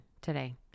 today